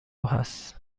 هست